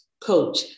coach